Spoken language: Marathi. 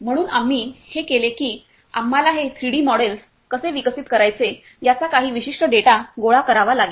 म्हणून आम्ही हे केले की आम्हाला हे 3 डी मॉडेल्स कसे विकसित करायचे याचा काही विशिष्ट डेटा गोळा करावा लागेल